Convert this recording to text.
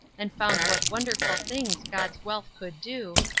and found what wonderful things god's wealth could do,